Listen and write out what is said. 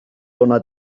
onak